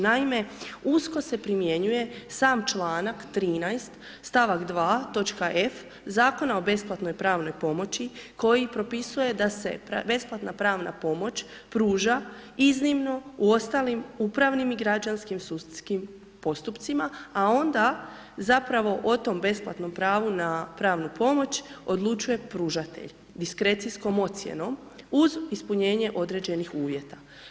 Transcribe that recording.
Naime, usko se primjenjuje sam čl. 13. st. 2. toč. f. Zakona o besplatnoj pravnoj pomoći koji propisuje da se besplatna pravna pomoć pruža iznimno u ostalim upravnim i građanskim sudskim postupcima, a onda zapravo o tom besplatnom pravu na pravnu pomoć odlučuje pružatelj diskrecijskom ocjenom uz ispunjenje određenih uvjeta.